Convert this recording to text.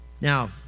Now